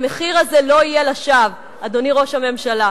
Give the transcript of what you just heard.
שהמחיר הזה לא יהיה לשווא, אדוני ראש הממשלה.